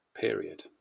period